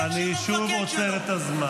חברי הכנסת, אני שוב עוצר את הזמן.